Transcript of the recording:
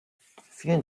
vielen